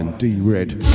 D-Red